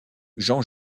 jean